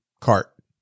cart